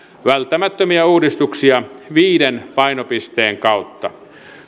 välttämättömiä uudistuksia viiden painopisteen kautta